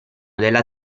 della